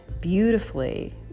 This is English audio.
beautifully